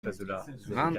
vingt